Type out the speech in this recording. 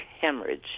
hemorrhage